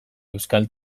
euskal